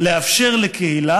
"לאפשר לקהילה,